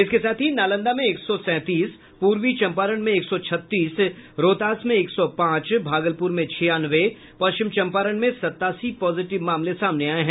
इसके साथ ही नालंदा में एक सौ सैंतीस पूर्वी चंपारण में एक सौ छत्तीस रोहतास में एक सौ पांच भागलपुर में छियानवे पश्चिम चंपारण में सतासी पॉजिटिव मामले सामने आये हैं